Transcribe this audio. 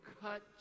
cut